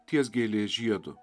ties gėlės žiedu